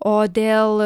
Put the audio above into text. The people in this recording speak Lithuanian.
o dėl